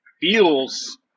feels